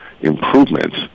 improvements